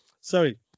Sorry